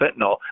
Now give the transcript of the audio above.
fentanyl